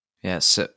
Yes